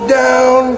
down